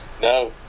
No